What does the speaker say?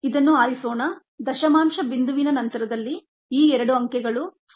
ಇದನ್ನು ಆರಿಸೋಣ ದಶಮಾಂಶ ಬಿಂದುವಿನ ನಂತರದಲ್ಲಿ ಈ ಎರಡು ಅಂಕೆಗಳು ಸ್ಲೋಪ್ 58